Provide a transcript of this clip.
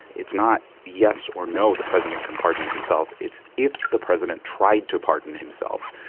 it's not yes or no, the president can pardon himself, it's if the president tried to pardon himself,